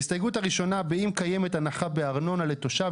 ההסתייגות הראשונה באם קיימת הנחה בארנונה לתושב,